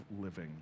living